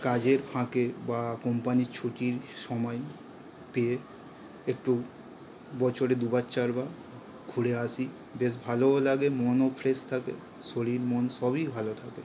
কাজের ফাঁকে বা কোম্পানির ছুটির সময় পেয়ে একটু বছরে দু বার চার বার ঘুরে আসি বেশ ভালোও লাগে মনও ফ্রেশ থাকে শরীর মন সবই ভালো থাকে